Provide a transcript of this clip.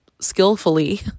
skillfully